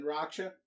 Raksha